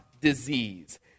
disease